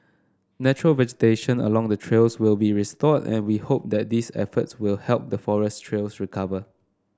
natural vegetation along the trails will be restored and we hope that these efforts will help the forest trails recover